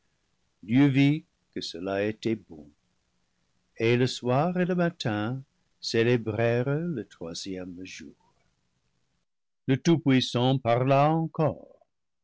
que cele était bon et le soir et le matin célébrèrent le troisième jour le tout-puissant parla encore